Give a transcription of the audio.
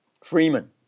Freeman